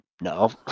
no